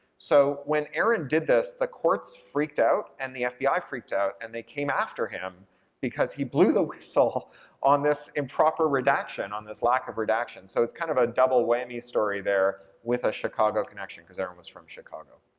so when aaron did this, the courts freaked out and the fbi freaked out, and they came after him because he blew the whistle on this improper redaction, on this lack of redaction. so it's kind of a double whammy story there with a chicago connection cause everyone's from chicago.